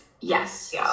Yes